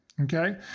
Okay